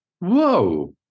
Whoa